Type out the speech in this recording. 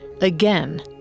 Again